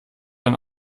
ein